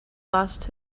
lost